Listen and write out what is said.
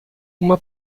uma